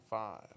Five